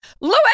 Louis